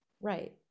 Right